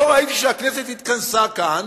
לא ראיתי שהכנסת התכנסה כאן